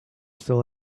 still